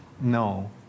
No